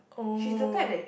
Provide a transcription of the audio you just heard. oh